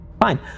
Fine